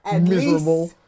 miserable